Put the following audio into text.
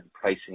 pricing